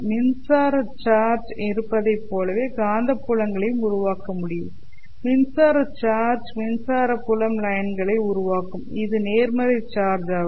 மின்சார சார்ஜ் இருப்பதைப் போலவே காந்தப்புலங்களையும் உருவாக்க முடியும் மின்சார சார்ஜ் மின்சார புலம் லைன்களை உருவாக்கும் இது நேர்மறை சார்ஜ் ஆகும்